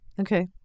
okay